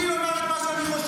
די, השלמת יותר מדי.